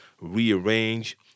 rearrange